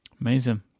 Amazing